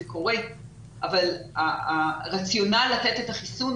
זה קורה אבל הרציונל לתת את החיסון,